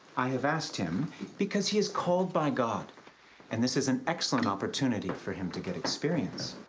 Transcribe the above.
i have asked him because he is called by god and this is an excellent opportunity for him to get experience.